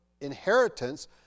inheritance